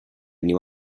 new